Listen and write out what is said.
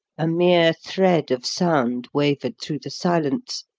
a mere thread of sound wavered through the silence,